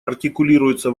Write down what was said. артикулируется